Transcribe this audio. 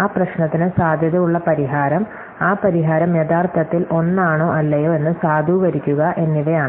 ആ പ്രശ്നത്തിന് സാധ്യതയുള്ള പരിഹാരം ആ പരിഹാരം യഥാർത്ഥത്തിൽ ഒന്നാണോ അല്ലയോ എന്ന് സാധൂകരിക്കുക എന്നിവയാണ്